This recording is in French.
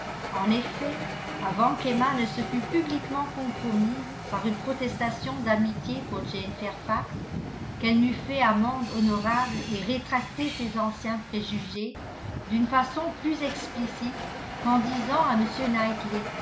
en effet avant qu'emma ne se fut publiquement compromise par une protestation d'amitié pour jane fairfax qu'elle n'eut fait amende honorable et rétracté ses anciens préjugés d'une façon plus explicite qu'en disant à m